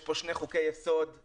יש פה שני חוקי יסוד